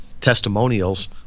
Testimonials